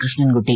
Krishnankutty